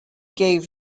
gave